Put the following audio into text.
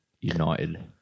United